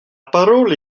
parole